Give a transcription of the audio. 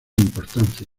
importancia